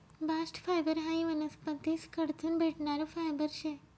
bast fibre हायी वनस्पतीस कडथून भेटणारं फायबर शे